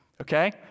okay